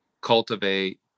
cultivate